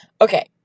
okay